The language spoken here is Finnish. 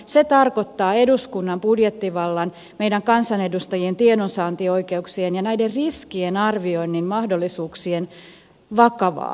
se tarkoittaa eduskunnan budjettivallan meidän kansanedustajien tiedonsaantioikeuksien ja näiden riskien arvioinnin mahdollisuuksien vakavaa vaarantumista